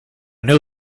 know